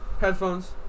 headphones